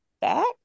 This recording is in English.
back